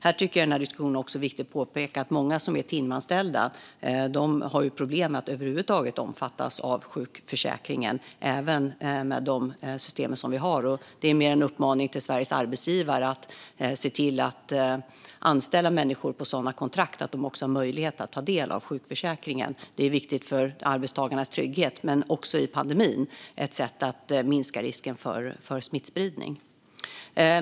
I den här diskussionen tycker jag också att det är viktigt att påpeka att många som är timanställda har problem med att över huvud taget omfattas av sjukförsäkringen, även med de system vi har. Det är mer en uppmaning till Sveriges arbetsgivare att se till att anställa människor på sådana kontrakt att de också har möjlighet att ta del av sjukförsäkringen. Det är viktigt för arbetstagarnas trygghet men i pandemin också ett sätt att minska risken för smittspridning.